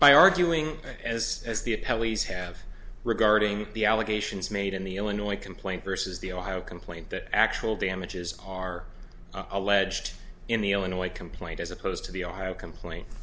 by arguing as as the pelleas have regarding the allegations made in the illinois complaint vs the ohio complaint that actual damages are alleged in the illinois complaint as opposed to the ohio complaint